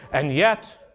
and yet,